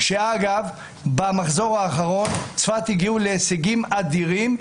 אגב, במחזור האחרון צפת הגיעו להישגים אדירים.